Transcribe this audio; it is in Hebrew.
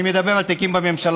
אני מדבר על תיקים בממשלה,